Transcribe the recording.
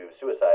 suicide